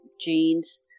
jeans